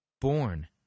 born